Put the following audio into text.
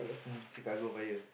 mm Chicago Fire